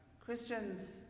Christians